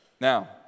Now